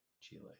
Chile